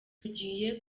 tugiye